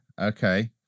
okay